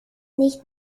nicht